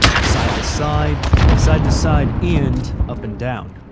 side to side. side to side and up and down.